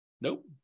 Nope